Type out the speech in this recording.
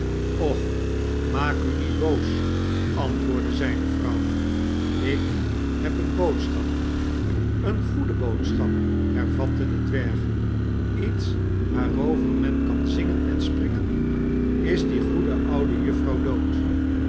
och maak u niet boos antwoordde zijne vrouw ik heb eene boodschap eene goede boodschap hervatte de dwerg lets waarover men kan zingen en springen is die goede oude jufvrouw dood